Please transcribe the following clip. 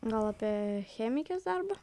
gal apie chemikės darbą